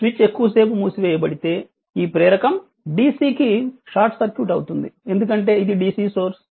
switch ఎక్కువ సేపు మూసివేయబడితే ఈ ప్రేరకం DC కి షార్ట్ సర్క్యూట్ అవుతుంది ఎందుకంటే ఇది DC సోర్స్